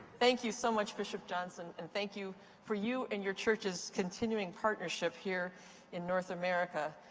thank you so much, bishop johnson. and thank you for you and your church's continuing partnership here in north america.